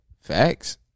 Facts